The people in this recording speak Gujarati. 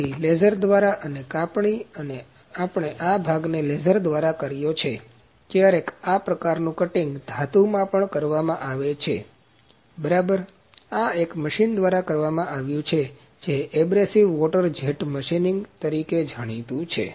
ફરીથી લેસર દ્વારા અને કાપણી અને આપણે આ ભાગને લેઝર દ્વારા કર્યો છે ક્યારેક આ પ્રકારનું કટીંગ ધાતુમાં પણ કરવામાં આવે છે બરાબર આ એક મશીન દ્વારા કરવામાં આવ્યું છે જે અબ્રેસીવ વોટર જેટ મશીન તરીકે જાણીતુ છે